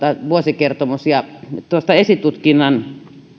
vuosikertomus ja esitutkinnan